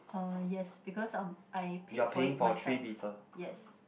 uh yes because um I paid for it myself yes